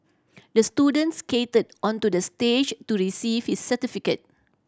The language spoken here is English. the student skated onto the stage to receive his certificate